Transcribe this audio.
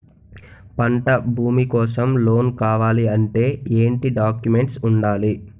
పంట భూమి కోసం లోన్ కావాలి అంటే ఏంటి డాక్యుమెంట్స్ ఉండాలి?